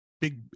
big